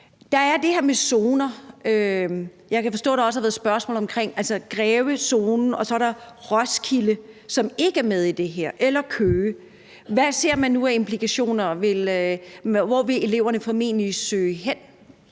Der er også det her med zoner. Jeg kan forstå, der har været spørgsmål omkring det i forhold til Grevezonen. Og så er der Roskilde og Køge, som ikke er med i det her. Hvad ser man nu af implikationer? Hvor vil eleverne formentlig søge hen?